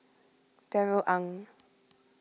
Darrell Ang